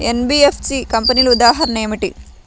NBFC కంపెనీల ఉదాహరణ ఏమిటి?